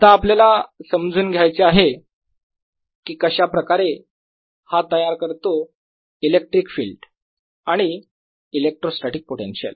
आता आपल्याला समजुन घ्यायचे आहे की कशाप्रकारे हा तयार करतो इलेक्ट्रिक फील्ड आणि इलेक्ट्रोस्टॅटीक पोटेन्शियल